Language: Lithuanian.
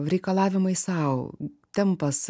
reikalavimai sau tempas